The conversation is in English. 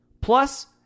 Plus